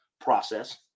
process